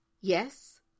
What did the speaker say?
yes